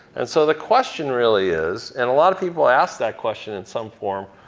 and so the question really is, and a lot of people ask that question in some form,